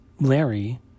Larry